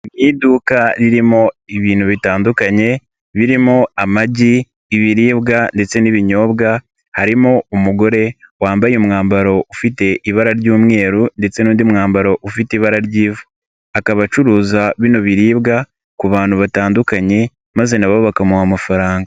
Iduka ririmo ibintu bitandukanye birimo amagi, ibiribwa ndetse n'ibinyobwa, harimo umugore wambaye umwambaro ufite ibara ry'umweru ndetse n'undi mwambaro ufite ibara ry'ivu, akaba acuruza bino biribwa ku bantu batandukanye maze nabo bakamuha amafaranga.